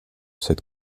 cette